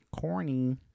Corny